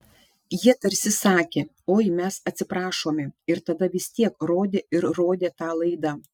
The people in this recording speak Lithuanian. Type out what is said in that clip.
jie tarsi sakė oi mes atsiprašome ir tada vis tiek rodė ir rodė tą laidą